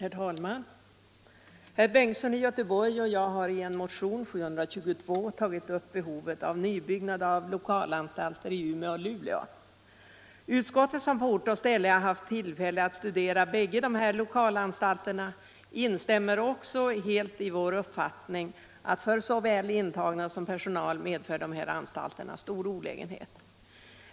Herr talman! Herr Bengtsson i Göteborg och jag har i en motion — 1975/76:722 — tagit upp behovet av nybyggnad av lokalanstalter i Umeå och Luleå. Utskottet, som på ort och ställe haft tillfälle att studera båda dessa lokalanstalter, instämmer helt i vår uppfattning att såväl för de intagna som för personalen medför de här anstalterna stor olägenhet.